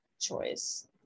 choice